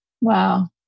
Wow